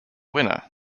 winner